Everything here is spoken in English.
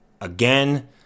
Again